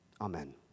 Amen